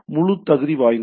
முழு தகுதி வாய்த்தது